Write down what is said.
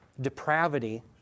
depravity